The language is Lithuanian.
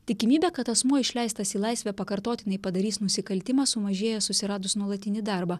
tikimybė kad asmuo išleistas į laisvę pakartotinai padarys nusikaltimą sumažėja susiradus nuolatinį darbą